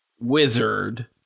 wizard